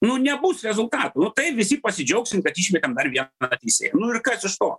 nu nebus rezultatų nu taip visi pasidžiaugsim kad išmetėm dar vieną teisėją nu ir kas iš to